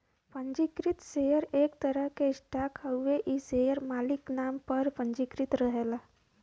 पंजीकृत शेयर एक तरह क स्टॉक हउवे इ शेयर मालिक नाम पर पंजीकृत रहला